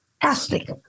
Fantastic